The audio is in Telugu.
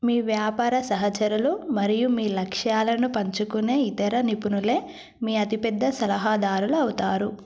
మీ వ్యాపార సహచరులు మరియు మీ లక్ష్యాలను పంచుకునే ఇతర నిపుణులే మీ అతి పెద్ద సలహాదారులు అవుతారు